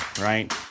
right